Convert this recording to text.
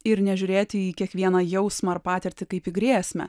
ir nežiūrėti į kiekvieną jausmą ar patirtį kaip į grėsmę